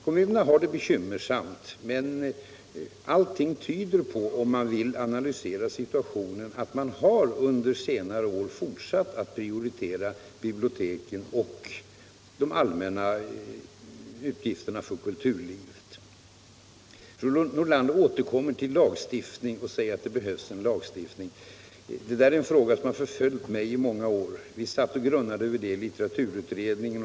Kommunerna har det bekymmersamt, men om man granskar situationen tyder allting på att kommunerna under senare år har fortsatt att prioritera biblioteken och det allmänna kulturlivet. Fru Nordlander återkommer nu och säger att det behövs en lagstiftning. Det är en fråga som har förföljt mig i många år. Vi grunnade över den frågan i litteraturutredningen.